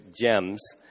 GEMS